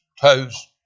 toes